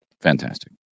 Fantastic